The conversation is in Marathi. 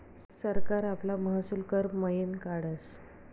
सरकार आपला महसूल कर मयीन काढस